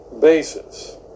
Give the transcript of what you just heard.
basis